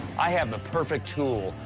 i have the perfect tool,